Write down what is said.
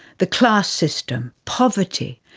the class system, poverty,